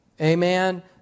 Amen